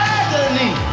agony